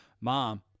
mom